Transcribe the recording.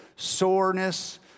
soreness